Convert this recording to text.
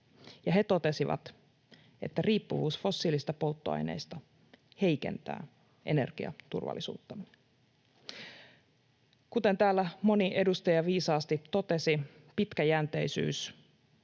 he totesivat, että riippuvuus fossiilisista polttoaineista heikentää energiaturvallisuuttamme. Kuten täällä moni edustaja viisaasti totesi, pitkäjänteisyys